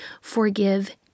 forgive